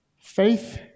Faith